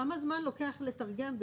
כמה זמן לוקח לתרגם?